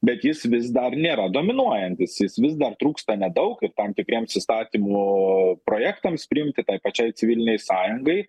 bet jis vis dar nėra dominuojantis jis vis dar trūksta nedaug ir tam tikriems įstatymų projektams priimti tai pačiai civilinei sąjungai